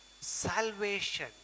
salvation